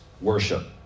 worship